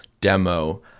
demo